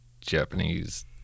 Japanese